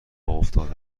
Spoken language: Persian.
افتاده